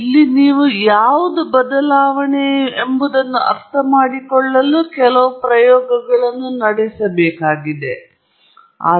ಇಲ್ಲಿ ನೀವು ಯಾವುದು ಬದಲಾವಣೆಯು ಎಂಬುದನ್ನು ಅರ್ಥಮಾಡಿಕೊಳ್ಳಲು ಕೆಲವು ಪ್ರಯೋಗಗಳನ್ನು ನಡೆಸುತ್ತಿರುವಿರಿ